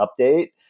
update